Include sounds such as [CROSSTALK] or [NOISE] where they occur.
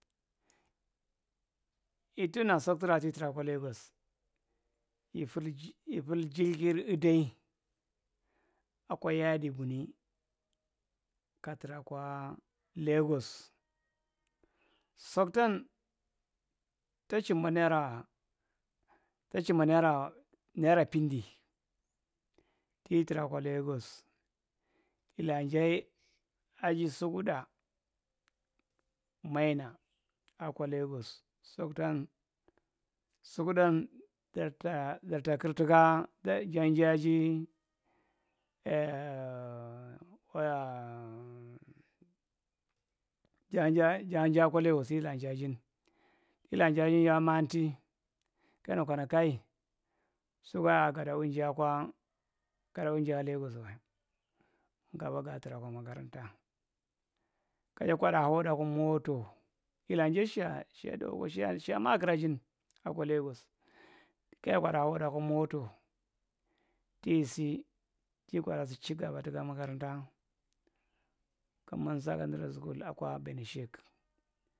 Ittuna soctura ti- traa kwa lagos iffil. [HESITATION] ifil jirgir eddai akwa yaadi bunyi ka tra- kwaa legos soctor ta- chimba neraa ta chimba neraa nera pindi ti tra- kwa leegos illaa njae asii sukutɗda maina akwa legos soctan sukuɗ-dan darta darta kill tuka [HESITATION] janjaaji [HESITATION] janjaa janjaa kwa legos kilaa jaajin kila jaajin yawa maali kaenu kana kai sukwae a gaɗawi jaa- kwaa gada wi jaa legos ngabba gatra kwa magaranta kaja kwadda hotda kwa mootoo illa jae shiya tdo ko shiya shiya maakiraajin akwa legos kaya kwatda hootda kwa mootow tisi ti kwadda si chigaba tika magaranta kaman sakandre sukul akwa benishek.